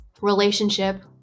relationship